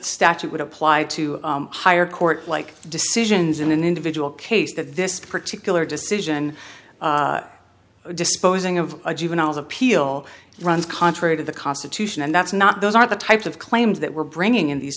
statute would apply to higher court like decisions in an individual case that this particular decision disposing of a juveniles appeal runs contrary to the constitution and that's not those are the types of claims that we're bringing in these